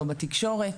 לא בתקשורת,